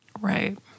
Right